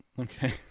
Okay